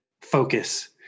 focus